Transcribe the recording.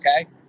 okay